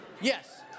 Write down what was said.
Yes